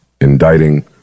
indicting